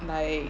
like